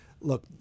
look